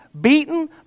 beaten